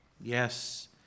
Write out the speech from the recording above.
Yes